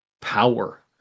power